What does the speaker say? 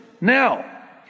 Now